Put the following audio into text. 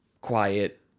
quiet